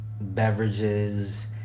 beverages